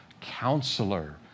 Counselor